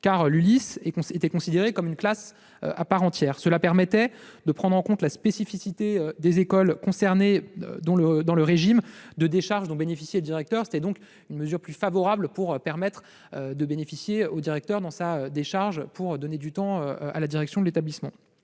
car l'ULIS était considérée comme une classe à part entière. Cela permettait de prendre en compte la spécificité des écoles concernées dans le régime de décharge dont bénéficiait le directeur. C'était donc une mesure plus favorable permettant au directeur de consacrer plus de temps à l'établissement.